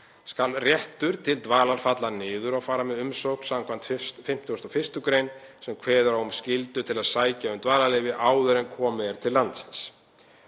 skal réttur til dvalar falla niður og fara með umsókn samkvæmt 51. gr. sem kveður á um skyldu til að sækja um dvalarleyfi áður en komið er til landsins.